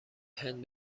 هند